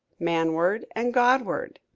manward, and godward.